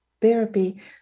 Therapy